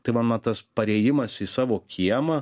tai man na tas parėjimas į savo kiemą